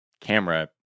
camera